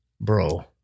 bro